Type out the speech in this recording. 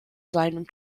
seinem